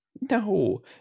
no